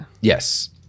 Yes